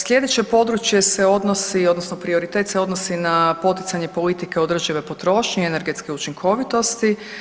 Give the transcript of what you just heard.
Slijedeće područje se odnosi odnosno prioritet se odnosi na poticanje politike održive potrošnje i energetske učinkovitosti.